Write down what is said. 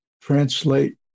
translate